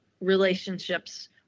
relationships